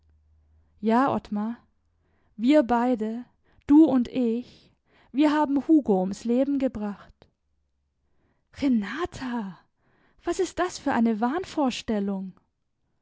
ja ottmar wir beide du und ich wir haben hugo ums leben gebracht renata was ist das für eine